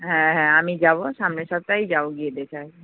হ্যাঁ হ্যাঁ আমি যাব সামনের সপ্তাহেই যাব গিয়ে দেখে আসবো